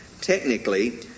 technically